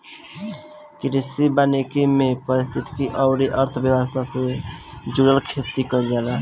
कृषि वानिकी में पारिस्थितिकी अउरी अर्थव्यवस्था से जुड़ल खेती कईल जाला